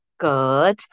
good